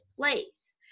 place